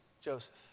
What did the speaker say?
Joseph